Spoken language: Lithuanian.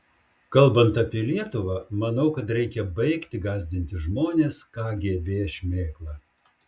kalbant apie lietuvą manau kad reikia baigti gąsdinti žmones kgb šmėkla